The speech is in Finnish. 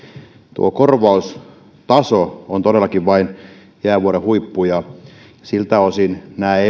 tuo korvaustaso on todellakin vain jäävuoren huippu siltä osin